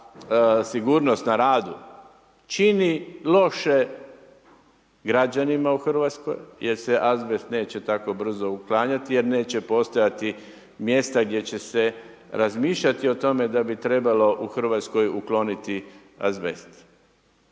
za sigurnost na radu čini loše građanima u Hrvatskoj jer se azbest neće tako brzo uklanjati jer neće postojati mjesta gdje će se razmišljati o tome da bi trebalo u Hrvatskoj ukloniti azbest.